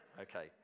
Okay